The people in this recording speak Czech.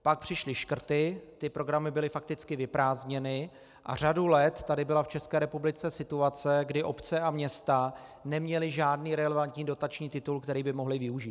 Pak přišly škrty, ty programy byly fakticky vyprázdněny a řadu let tady byla v České republice situace, kdy obce a města neměly žádný relevantní dotační titul, který by mohly využít.